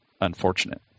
unfortunate